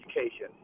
education